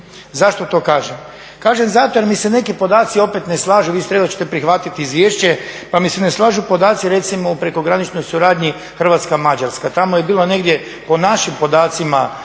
Zašto to kažem? Kažem zato jer mi se neki podaci opet ne slažu, vi ste rekli da ćete prihvatiti izvješće, pa mi se ne slažu podaci recimo o prekograničnoj suradnji Hrvatska-Mađarska. Tamo je bilo negdje po našim podacima